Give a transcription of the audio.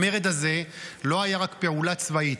המרד הזה לא היה רק פעולה צבאית,